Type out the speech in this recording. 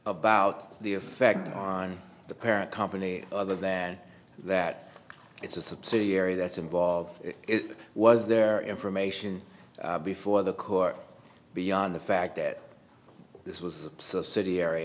about the effect on the parent company other than that it's a subsidiary that's involved in it was there information before the court beyond the fact that this was a subsidiary